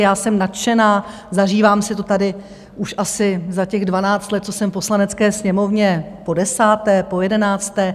Já jsem prostě nadšená, zažívám si to tady už asi za těch dvanáct let, co jsem v Poslanecké sněmovně, podesáté, pojedenácté.